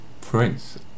prince